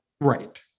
right